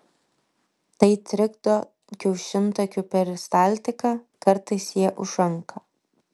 tai trikdo kiaušintakių peristaltiką kartais jie užanka